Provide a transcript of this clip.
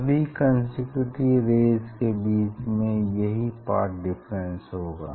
सभी consecutive rays के बीच में यही पाथ डिफरेंस होगा